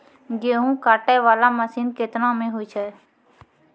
गेहूँ काटै वाला मसीन केतना मे होय छै?